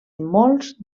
molts